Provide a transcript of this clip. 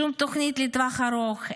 שום תוכנית לטווח ארוך.